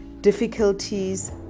difficulties